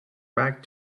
back